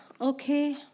Okay